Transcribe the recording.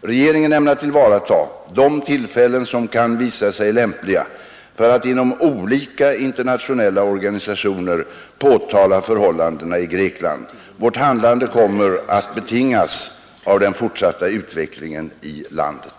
Regeringen ämnar tillvarata de tillfällen som kan visa sig lämpliga för att inom olika internationella organisationer påtala förhållandena i Grekland. Vårt handlande kommer att betingas av den fortsatta utvecklingen i landet.